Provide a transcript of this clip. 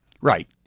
Right